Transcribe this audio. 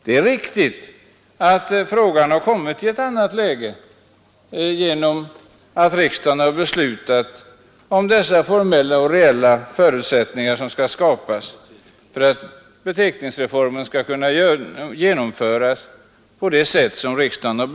Det är riktigt att frågan har kommit i ett annat läge genom att riksdagen beslutat att formella och reella förutsättningar skall skapas för att beteckningsreformen skall kunna genomföras på det sätt som meningen är.